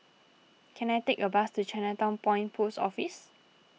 can I take a bus to Chinatown Point Post Office